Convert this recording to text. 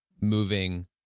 moving